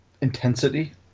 intensity